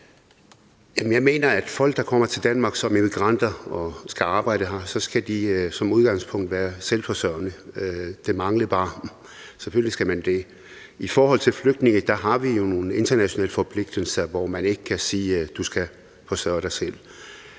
jeg mener, at folk, der kommer til Danmark, som immigranter og skal arbejde her, som udgangspunkt skal være selvforsørgende. Selvfølgelig skal man det; det manglede bare. I forhold til flygtninge har vi jo nogle internationale forpligtelser, hvor man ikke kan sige, at de skal forsørge sig selv.